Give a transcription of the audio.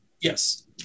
Yes